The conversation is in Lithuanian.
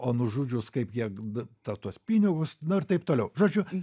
o nužudžius kaip jie tą tuos pinigus na ir taip toliau žodžiu